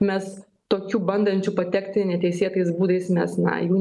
mes tokių bandančių patekti neteisėtais būdais mes na jų